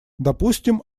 допустим